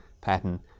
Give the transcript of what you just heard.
pattern